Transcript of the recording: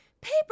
Paper